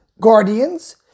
Guardians